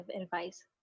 advice